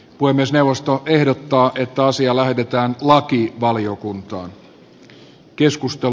puhemiesneuvosto ehdottaa että asia lähetetään lakivaliokuntaan